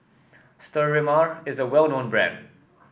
Sterimar is a well known brand